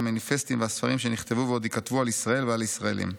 והמניפסטים והספרים שנכתבו ועוד ייכתבו על ישראל ועל הישראלים'.